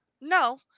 No